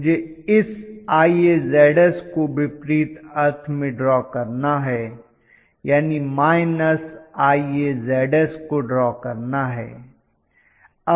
मुझे इस IaZs को विपरीत अर्थ में ड्रॉ करना है यानी IaZs को ड्रॉ करना है